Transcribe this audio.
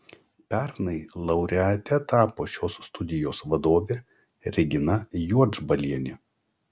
pernai laureate tapo šios studijos vadovė regina juodžbalienė